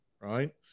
right